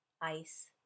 ice